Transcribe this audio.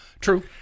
True